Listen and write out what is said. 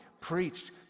preached